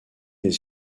des